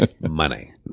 money